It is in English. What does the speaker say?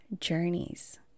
journeys